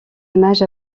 images